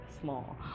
small